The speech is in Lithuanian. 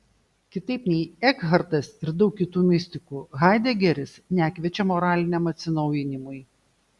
kitaip nei ekhartas ir daug kitų mistikų haidegeris nekviečia moraliniam atsinaujinimui